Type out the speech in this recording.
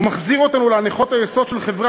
ומחזיר אותנו להנחות היסוד של חברה